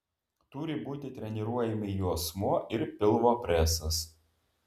turi būti treniruojami juosmuo ir pilvo presas